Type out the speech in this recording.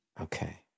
Okay